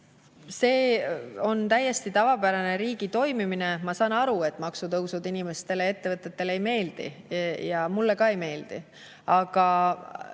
See on täiesti tavapärane riigi toimimine. Ma saan aru, et maksutõusud inimestele ja ettevõtetele ei meeldi, mulle ka ei meeldi.